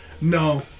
No